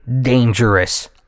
dangerous